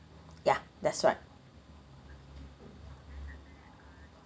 ya that's right